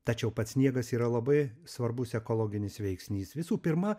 tačiau pats sniegas yra labai svarbus ekologinis veiksnys visų pirma